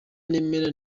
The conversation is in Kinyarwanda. nemera